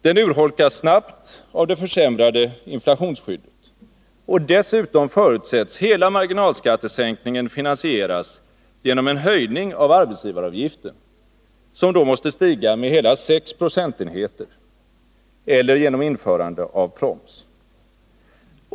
Den urholkas snabbt av det försämrade inflationsskyddet. Och dessutom förutsätts hela marginalskattesänkningen finansieras genom en höjning av arbetsgivaravgiften, som då måste stiga med hela 6 procentenheter, eller genom införande av proms.